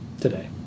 today